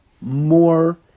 more